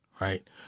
right